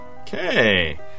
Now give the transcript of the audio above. Okay